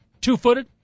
two-footed